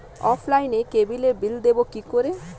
অফলাইনে ক্যাবলের বিল দেবো কি করে?